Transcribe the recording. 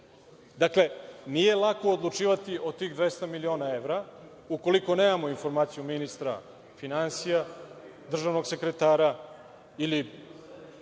Dakle, nije lako odlučivati o tih 200 miliona evra ukoliko nemamo informaciju ministra finansija, državnog sekretara, ili